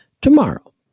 tomorrow